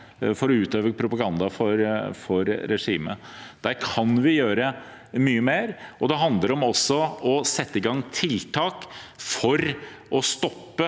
for å utøve propaganda for regimet? Der kan vi gjøre mye mer. Det handler også om å sette i gang tiltak for å stoppe